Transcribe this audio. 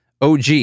OG